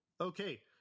okay